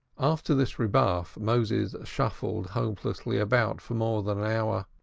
after this rebuff, moses shuffled hopelessly about for more than an hour